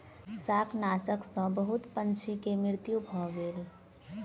शाकनाशक सॅ बहुत पंछी के मृत्यु भ गेल